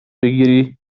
بگیری